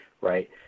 Right